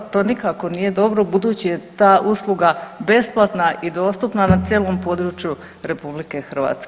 To nikako nije dobro budući da je ta usluga besplatna i dostupna na cijelom području RH.